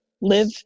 live